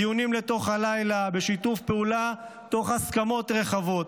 דיונים לתוך הלילה בשיתוף פעולה תוך הסכמות רחבות,